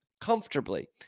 comfortably